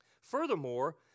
Furthermore